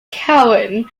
cowan